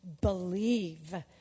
believe